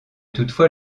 toutefois